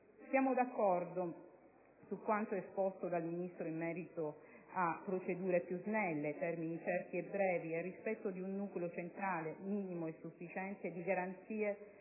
Siamo d'accordo su quanto esposto dal Ministro in merito a procedure più snelle, a termini certi e brevi e al rispetto di un nucleo centrale (minimo e sufficiente) di garanzie